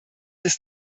ist